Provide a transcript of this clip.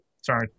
Sorry